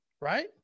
right